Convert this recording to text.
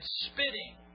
spitting